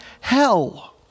hell